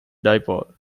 dipole